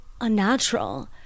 unnatural